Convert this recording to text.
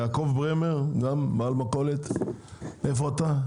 יעקב ברמר, בעל מכולת, מאיפה אתה?